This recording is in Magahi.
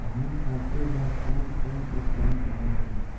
धान काटेला कौन कौन उपकरण होव हइ?